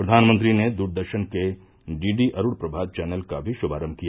फ्रघानमंत्री ने द्रदर्शन के DD Arunprabha channel का भी श्मारम किया